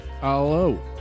Hello